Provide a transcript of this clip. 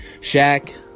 Shaq